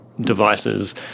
devices